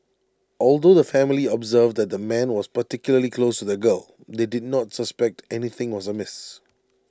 although the family observed that the man was particularly close to the girl they did not suspect anything was amiss